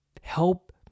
help